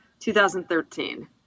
2013